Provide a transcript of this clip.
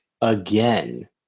again